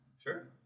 Sure